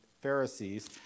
pharisees